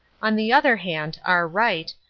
on the other hand, our right,